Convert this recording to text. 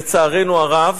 לצערנו הרב,